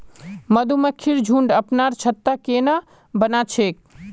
मधुमक्खिर झुंड अपनार छत्ता केन न बना छेक